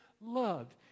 loved